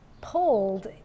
pulled